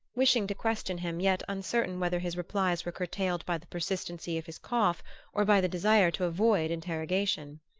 wishing to question him, yet uncertain whether his replies were curtailed by the persistency of his cough or by the desire to avoid interrogation.